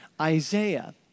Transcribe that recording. Isaiah